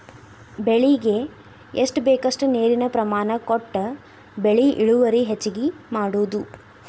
ಬೆಳಿಗೆ ಎಷ್ಟ ಬೇಕಷ್ಟ ನೇರಿನ ಪ್ರಮಾಣ ಕೊಟ್ಟ ಬೆಳಿ ಇಳುವರಿ ಹೆಚ್ಚಗಿ ಮಾಡುದು